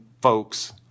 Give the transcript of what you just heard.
folks